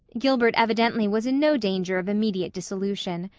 gilbert evidently was in no danger of immediate dissolution.